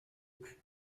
plus